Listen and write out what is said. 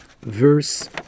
verse